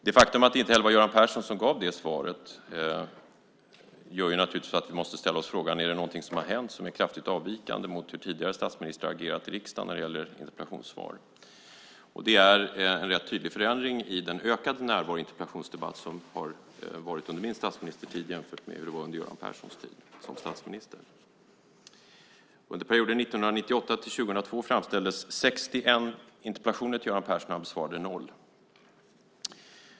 Det faktum att det inte heller var Göran Persson som gav det svaret gör naturligtvis att vi måste ställa oss frågan: Är det någonting som har hänt som är kraftigt avvikande mot hur tidigare statsministrar har agerat i riksdagen när det gäller interpellationssvar? Det är en rätt tydlig förändring i den ökade närvaron i interpellationsdebatter under min statsministertid jämfört med hur det var under Göran Perssons tid som statsminister. Under perioden 1998-2002 framställdes 61 interpellationer till Göran Persson, och han besvarade 0.